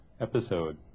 episode